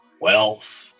wealth